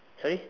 sorry